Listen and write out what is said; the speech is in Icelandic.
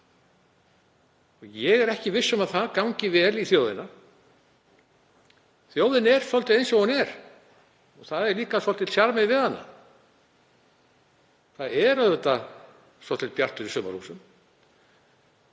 Ég er ekki viss um að það gangi vel í þjóðina. Þjóðin er svolítið eins og hún er. Það er líka svolítill sjarmi við hana. Það er auðvitað svolítill Bjartur í Sumarhúsum